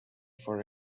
for